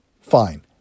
Fine